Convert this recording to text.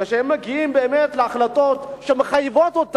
כשהם מגיעים באמת להחלטות שחייבים לקבל אותן,